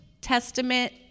testament